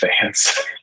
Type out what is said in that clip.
fans